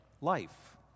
life